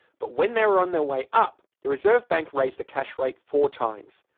but when they were on their way up the reserve bank raised the cash rate four times.